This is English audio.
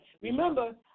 Remember